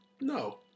No